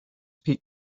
pete